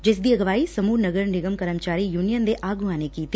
ਜਿਸਦੀ ਅਗਵਾਈ ਸਮੁਹ ਨਗਰ ਨਿਗਮ ਕਰਮਚਾਰੀ ਯੁਨੀਅਨ ਦੇ ਆਗੁਆਂ ਨੇ ਕੀਤੀ